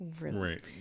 Right